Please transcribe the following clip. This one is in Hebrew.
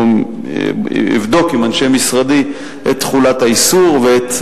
אני אבדוק עם אנשי משרדי את תחולת האיסור ואת